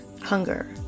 hunger